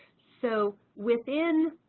so within